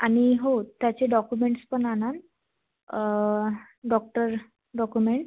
आणि हो त्याचे डॉकुमेंट्स पण आणाल डॉक्टर डॉकुमेंट्स